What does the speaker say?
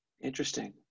Interesting